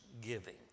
giving